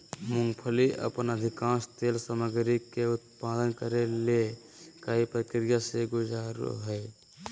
मूंगफली अपन अधिकांश तेल सामग्री के उत्पादन करे ले कई प्रक्रिया से गुजरो हइ